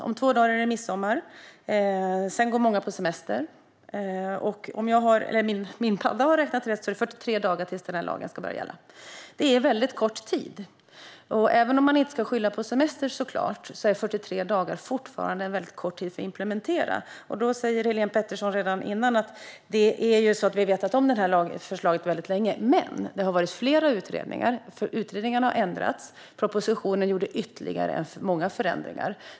Om två dagar är det midsommar, och sedan går många på semester. Om jag har räknat rätt är det 43 dagar till den här lagen ska börja gälla. Det är väldigt kort tid. Även om man inte ska skylla på semester är 43 dagar en väldigt kort tid för implementering. Som Helén Pettersson säger har vi känt till det här lagförslaget väldigt länge. Det har varit flera utredningar med olika förslag, och i propositionen görs det ytterligare förändringar.